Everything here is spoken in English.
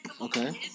Okay